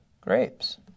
grapes